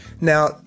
Now